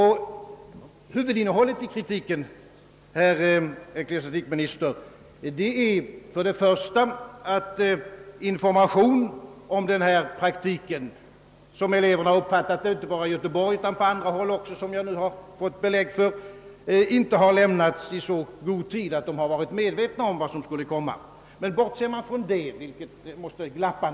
Huvudinnehållet i kritiken, herr ecklesiastikminister, är först och främst att information om denna praktik — såsom eleverna uppfattat det inte bara i Göteborg utan också på andra håll, vilket jag nu har fått belägg för — inte har lämnats i så god tid, att de har varit medvetna om vad som skulle komma. På den punkten måste alltså någonting glappa.